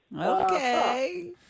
Okay